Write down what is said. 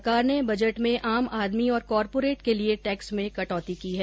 सरकार ने बजट में आम आदमी और कॉर्पोरेट के लिए टेक्स में कटौती की है